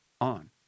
on